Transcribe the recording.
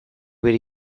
bere